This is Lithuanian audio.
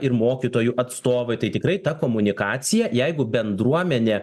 ir mokytojų atstovai tai tikrai ta komunikacija jeigu bendruomenė